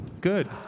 good